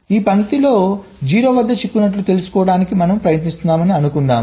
ఈ పంక్తిలో 0 వద్ద చిక్కుకున్నట్లు తెలుసుకోవడానికి మనము ప్రయత్నిస్తున్నామని అనుకుందాం